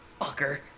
Fucker